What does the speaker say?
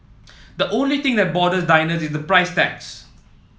the only thing that bothers diners is the price tags